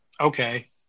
okay